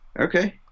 okay